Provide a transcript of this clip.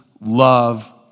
love